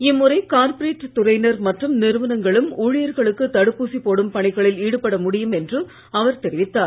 இம்முறை கார்ப்பரேட் துறையினர் மற்றும் நிறுவனங்களும் ஊழியர்களுக்கு தடுப்பூசி போடும் பணிகளில் ஈடுபட முடியும் என்று அவர் தெரிவித்தார்